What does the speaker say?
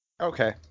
Okay